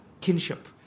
kinship